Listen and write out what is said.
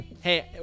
Hey